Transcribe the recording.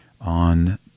on